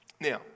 Now